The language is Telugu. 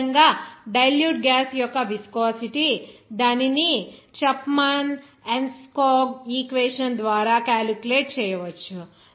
అదేవిధంగా డైల్యూట్ గ్యాస్ యొక్క విస్కోసిటీ దీనిని చాప్మన్ ఎన్స్కోగ్ ఈక్వేషన్ ద్వారా క్యాలిక్యులేట్ చేయవచ్చు